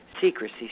secrecy